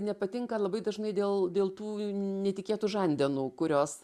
nepatinka labai dažnai dėl dėl tų netikėtų žandenų kurios